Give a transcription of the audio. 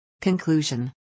Conclusion